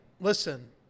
listen